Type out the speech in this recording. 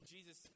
Jesus